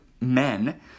men